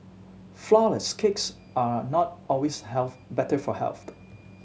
flourless cakes are not always health better for health